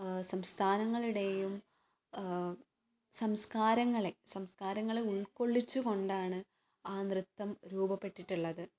സംസ്ഥാനങ്ങളുടെയും സംസ്കാരങ്ങളെ സംസ്കാരങ്ങളെ ഉൾക്കൊള്ളിച്ച് കൊണ്ടാണ് ആ നൃത്തം രൂപപ്പെട്ടിട്ടുള്ളത്